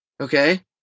okay